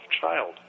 child